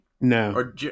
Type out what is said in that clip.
No